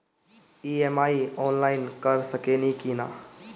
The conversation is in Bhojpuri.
ई.एम.आई आनलाइन कर सकेनी की ना?